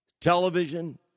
Television